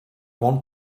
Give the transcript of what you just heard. want